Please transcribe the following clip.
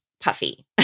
puffy